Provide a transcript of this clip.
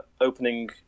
opening